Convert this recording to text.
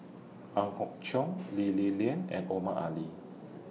Ang Hock Chong Lee Li Lian and Omar Ali